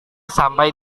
sampai